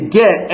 get